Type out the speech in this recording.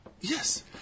Yes